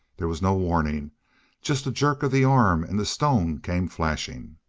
there was no warning just a jerk of the arm and the stone came flashing.